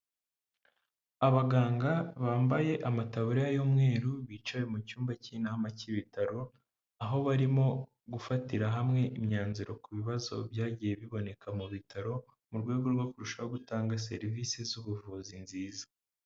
Abaganga bambaye amataburiya y'umweru, bicaye mu cyumba cy'inama cy'ibitaro, aho barimo gufatira hamwe imyanzuro ku bibazo byagiye biboneka mu bitaro, mu rwego rwo kurushaho gutanga serivisi z'ubuvuzi nziza.